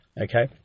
okay